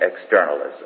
externalism